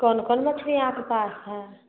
कोन कोन मछली अहाँके पास हइ